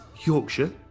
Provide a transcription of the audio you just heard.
Yorkshire